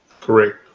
Correct